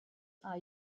are